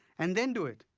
and then do it?